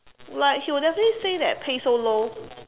like she will definitely say that pay so low